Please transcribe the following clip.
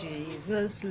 Jesus